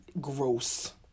gross